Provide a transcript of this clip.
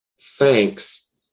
thanks